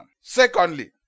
Secondly